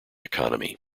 economy